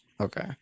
Okay